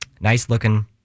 nice-looking